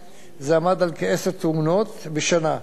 ביחס ל-16 תאונות שהיו ב-2008.